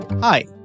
Hi